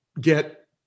get